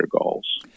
goals